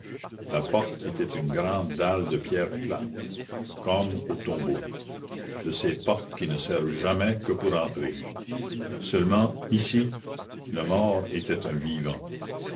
la porte était une grande dalle de pierre plate comme aux tombeaux de ces portes qui ne servent jamais que pour entrer seulement ici le mort était un vivant